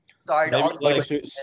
Sorry